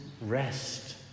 rest